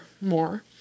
more